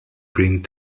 bring